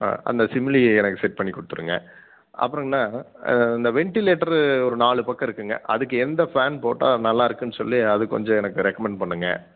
ஆ அந்த சிமிலி எனக்கு செட் பண்ணி கொடுத்துருங்க அப்புறங்கண்ணா இந்த வென்ட்டிலேட்டரு ஒரு நாலு பக்கம் இருக்குதுங்க அதுக்கு எந்த ஃபேன் போட்டால் நல்லாருக்கும்னு சொல்லி அது கொஞ்சம் எனக்கு ரெக்கமண்ட் பண்ணுங்க